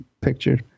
picture